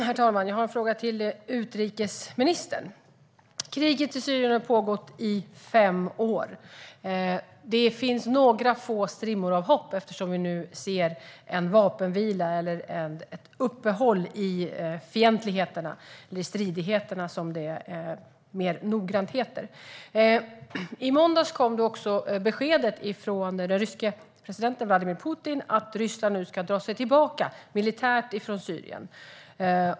Herr talman! Jag har en fråga till utrikesministern. Kriget i Syrien har pågått i fem år. Det finns några få strimmor av hopp eftersom vi nu ser en vapenvila eller ett uppehåll i fientligheterna, eller i stridigheterna som det egentligen heter. I måndags kom också beskedet från den ryske presidenten Vladimir Putin att Ryssland nu ska dra sig tillbaka militärt från Syrien.